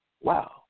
wow